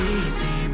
easy